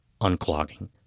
unclogging